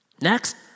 Next